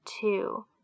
two